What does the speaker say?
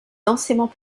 densément